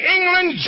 England